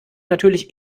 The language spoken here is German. natürlich